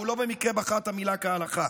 והוא לא במקרה בחר את המילה "כהלכה",